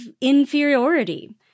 inferiority